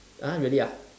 !huh! really ah